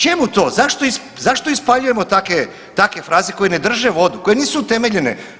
Čemu to, zašto ispaljujemo takve fraze koje ne drže vodu, koje nisu utemeljene.